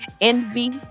envy